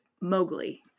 Mowgli